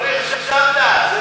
לא נרשמת, לא נרשמת.